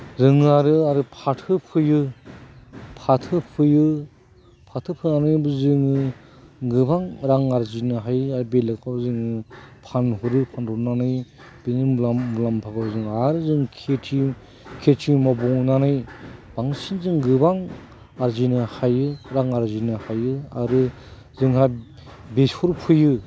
जोङो आरो जोङो फाथो फोयो फाथो फोयो फाथो फोनानै जोङो गोबां रां आरजिनो हायो आरो बेलेकआव जों फानहरो फानहरनानै बिनि मुलाम्फाखौ जों आरो जों खिथि खिथि मावबावनानै बांसिन जों गोबां आरजिनो हायो रां आरजिनो हायो आरो जोंहा बेसर फोयो